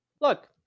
Look